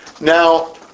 Now